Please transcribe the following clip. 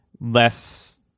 less